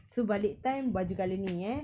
so balik time baju colour ni eh